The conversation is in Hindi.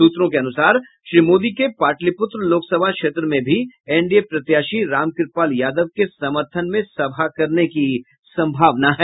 सूत्रों के अनुसार श्री मोदी के पाटलिपूत्र लोकसभा क्षेत्र में भी एनडीए प्रत्याशी रामकृपाल यादव के समर्थन में सभा करने की संभावना है